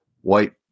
white